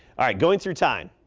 right going through time.